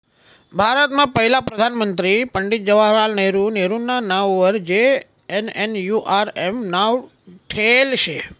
भारतमा पहिला प्रधानमंत्री पंडित जवाहरलाल नेहरू नेहरूना नाववर जे.एन.एन.यू.आर.एम नाव ठेयेल शे